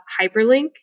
hyperlink